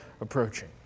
approaching